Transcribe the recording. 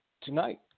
tonight